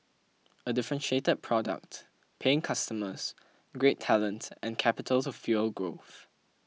a differentiated product paying customers great talent and capital to fuel growth